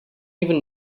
even